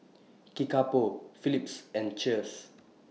Kickapoo Phillips and Cheers